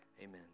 Amen